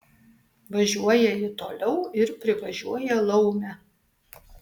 važiuoja ji toliau ir privažiuoja laumę